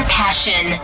passion